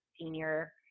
senior